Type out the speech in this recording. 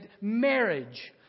marriage